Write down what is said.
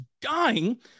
dying